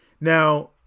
now